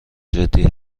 جدی